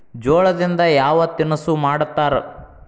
ಜೋಳದಿಂದ ಯಾವ ತಿನಸು ಮಾಡತಾರ?